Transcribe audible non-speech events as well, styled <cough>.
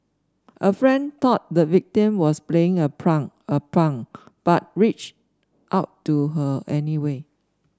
a friend thought the victim was playing a <unintelligible> a prank but reached out to her anyway